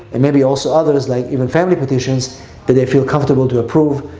and maybe also others, like even family petitions that they feel comfortable to approve,